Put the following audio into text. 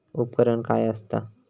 उपकरण काय असता?